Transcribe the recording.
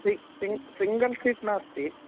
C सि single seat नास्ति